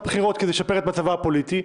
לבחירות כדי לשפר את מצבה הפוליטי.